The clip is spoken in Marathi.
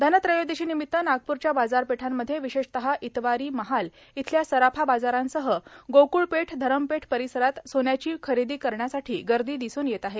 धनत्रयोदशीनिमित्त नागपुरच्या बाजारपेठांमध्ये विशेषतः इतवारी महाल इथल्या सराफा बाजारांसह गोकूळपेठ धरमपेठ परिसरात सोन्याची खरेदी करण्यासाठी गर्दी दिसून येत आहे